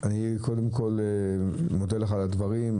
קודם כול, אני מודה לך על הדברים.